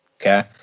Okay